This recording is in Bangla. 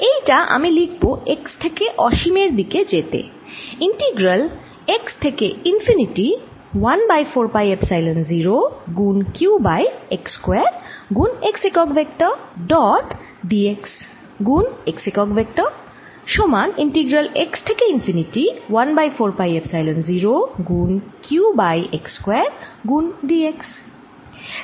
এইটা আমি লিখব x থেকে অসীম এর দিকে যেতে ইন্টিগ্রাল x থেকে ∞ 1 বাই 4 পাই এপসাইলন 0 গুণ q বাই x স্কয়ার গুণ x একক ভেক্টর ডট dx গুণ x একক ভেক্টর সমান ইন্টিগ্রাল x থেকে ∞ 1 বাই 4 পাই এপসাইলন 0 গুণ q বাই x স্কয়ার গুণ dx